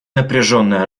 напряженная